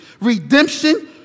redemption